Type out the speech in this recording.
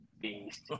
beast